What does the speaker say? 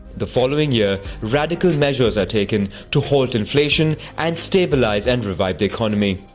the following year, radical measures are taken to halt inflation and stabilize and revive the economy.